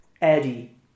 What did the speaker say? Eddie